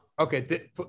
Okay